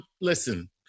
Listen